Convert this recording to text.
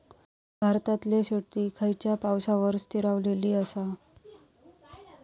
भारतातले शेती खयच्या पावसावर स्थिरावलेली आसा?